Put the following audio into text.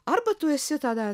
arba tu esi tada